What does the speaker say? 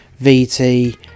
VT